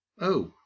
Oh